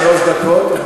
שלוש דקות.